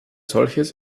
solches